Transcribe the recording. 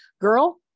girl